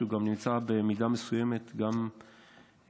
שהוא נמצא במידה מסוימת גם,